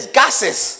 gases